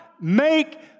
make